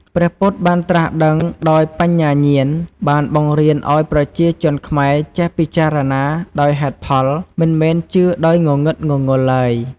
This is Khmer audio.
ព្រះពុទ្ធបានត្រាស់ដឹងដោយបញ្ញាញាណ បានបង្រៀនឱ្យប្រជាជនខ្មែរចេះពិចារណាដោយហេតុផល មិនមែនជឿដោយងងឹតងងុលឡើយ។